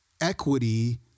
equity